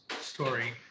story